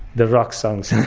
the rock songs,